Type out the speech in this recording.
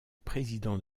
président